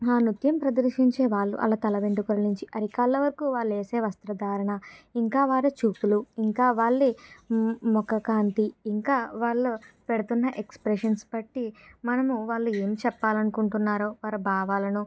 ఆ నృత్యం ప్రదర్శించే వాళ్ళు వాళ్ళ తల వెంట్రుకల నుంచి అరికాళ్ళ వరకు వాళ్ళు వేసే వస్త్రధారణ ఇంకా వారి చూపులు ఇంకా వారి ము ముఖకాంతి ఇంకా వాళ్ళు పెడుతున్న ఎక్స్ప్రెషన్స్ బట్టి మనము వాళ్ళు ఏమి చెప్పాలి అనుకుంటున్నారో వారి భావాలను